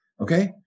Okay